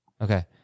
Okay